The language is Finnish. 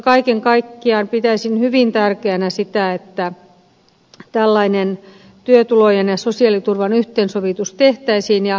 kaiken kaikkiaan pitäisin hyvin tärkeänä sitä että tällainen työtulojen ja sosiaaliturvan yhteensovitus tehtäisiin